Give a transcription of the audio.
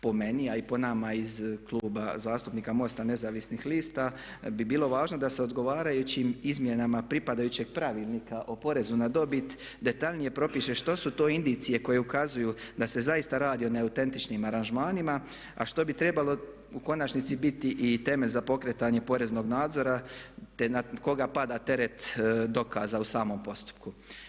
Po meni, a i po nama iz Kluba zastupnika MOST-a nezavisnih lista bi bilo važno da se odgovarajućim izmjenama pripadajućeg Pravilnika o porezu na dobit detaljnije propiše što su to indicije koje ukazuju da se zaista radi o neautentičnim aranžmanima a što bi trebalo u konačnici biti i temelj za pokretanje poreznog nadzora te na koga pada teret dokaza u samom postupku.